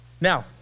Now